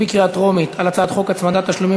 בקריאה טרומית על הצעת חוק הצמדת תשלומים